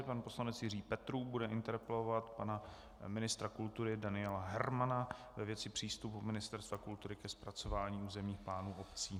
Pan poslanec Jiří Petrů bude interpelovat pana ministra kultury Daniela Hermana ve věci přístupu Ministerstva kultury ke zpracování územních plánů obcí.